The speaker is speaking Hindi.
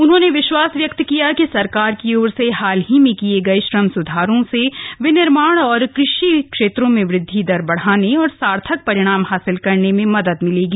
उन्होंने विश्वास व्यक्त किया कि सरकार की ओर से हाल ही में किए गए श्रम सुधारों से विनिर्माण और कृषि क्षेत्रों में वृदधि दर बढ़ाने और सार्थक परिणाम हासिल करने में मदद मिलेगी